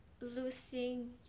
losing